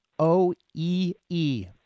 O-E-E